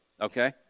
okay